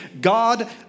God